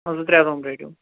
زٕ ترٛےٚ کَمرٕ رٔٹو